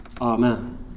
Amen